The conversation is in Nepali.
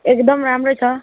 एकदम राम्रो छ